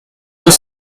deux